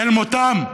אל מותם,